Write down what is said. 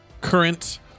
current